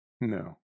No